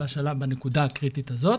בנקודה הקריטית הזאת,